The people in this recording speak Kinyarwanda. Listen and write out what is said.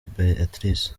beatrice